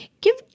give